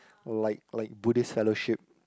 like like Buddhist fellowship